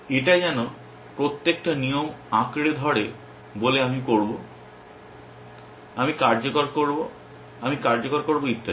এটা যেন প্রত্যেকটা নিয়ম আঁকড়ে ধরে বলে আমি করব আমি কার্যকর করব আমি কার্যকর করব ইত্যাদি